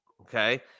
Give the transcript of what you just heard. Okay